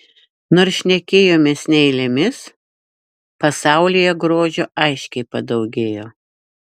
nors šnekėjomės ne eilėmis pasaulyje grožio aiškiai padaugėjo